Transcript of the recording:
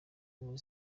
muri